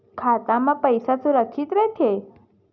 खाता मा पईसा सुरक्षित राइथे?